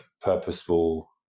purposeful